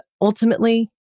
ultimately